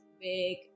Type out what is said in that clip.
big